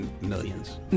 Millions